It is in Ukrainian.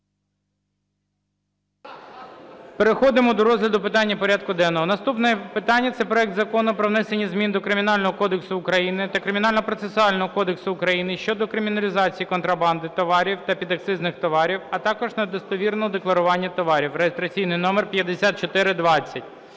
Переходимо до розгляду питань порядку денного. Наступне питання – це проект Закону про внесення змін до Кримінального кодексу України та Кримінального процесуального кодексу України щодо криміналізації контрабанди товарів та підакцизних товарів, а також недостовірного декларування товарів (реєстраційний номер 5420).